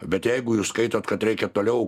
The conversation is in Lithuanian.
bet jeigu jūs skaitot kad reikia toliau